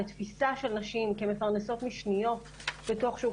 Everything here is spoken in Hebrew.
לתפיסה של נשים כמפרנסות משניות בתוך שוק